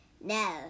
No